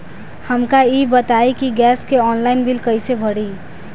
हमका ई बताई कि गैस के ऑनलाइन बिल कइसे भरी?